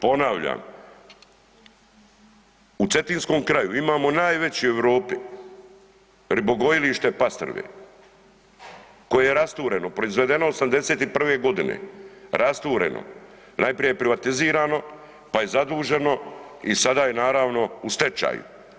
Ponavljam, u Cetinskom kraju imamo najveći u Europi ribogojilište pastrve koje je rastureno, proizvedeno '81. godine rastureno, najprije privatizirano pa je zaduženo i sad aje naravno u stečaju.